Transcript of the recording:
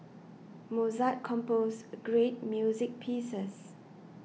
Mozart composed great music pieces